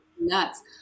Nuts